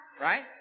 right